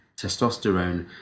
testosterone